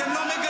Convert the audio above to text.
אתם לא מגנים.